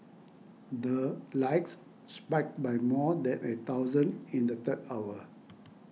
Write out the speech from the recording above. the likes spiked by more than a thousand in the third hour